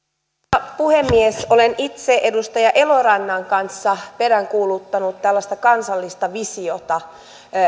arvoisa puhemies olen itse edustaja elorannan kanssa peräänkuuluttanut kansallista visiota